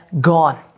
gone